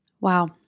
Wow